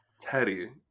Teddy